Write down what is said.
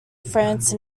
france